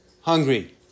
hungry